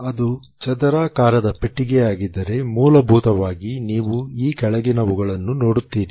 ಅದು ಚದರಾಕಾರದ ಪೆಟ್ಟಿಗೆಯಾಗಿದ್ದರೆ ಮೂಲಭೂತವಾಗಿ ನೀವು ಈ ಕೆಳಗಿನವುಗಳನ್ನು ನೋಡುತ್ತೀರಿ